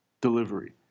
delivery